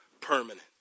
permanent